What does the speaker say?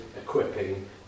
equipping